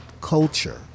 culture